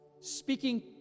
speaking